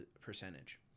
percentage